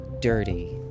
dirty